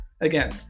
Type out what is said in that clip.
again